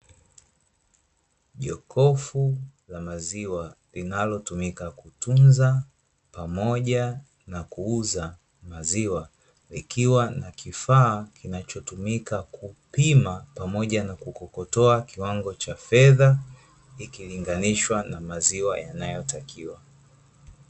Jokofu la maziwa linalotumika kutunza pamoja na kuuza maziwa, likiwa na kifaa kinachotumika kupima pamoja na kukokotoa kiwango cha fedha, ikilinganishwa na maziwa yanayotakiwa.